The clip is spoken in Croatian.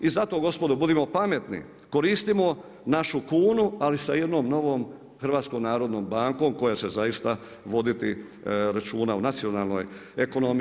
I zato gospodo, budimo pametni, koristimo našu kunu ali sa jednom novom HNB-om koja će zaista voditi računa o nacionalnoj ekonomiji.